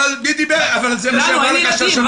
לנו אין ילדים?